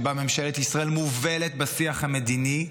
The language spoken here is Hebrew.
שבה ממשלת ישראל מובלת בשיח המדיני,